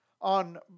On